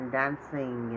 dancing